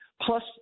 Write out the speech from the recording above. Plus